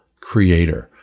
Creator